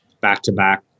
back-to-back